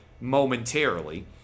momentarily